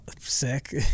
sick